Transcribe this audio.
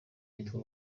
yitwa